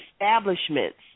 establishments